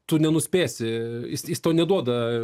tu nenuspėsi jis jis tau neduoda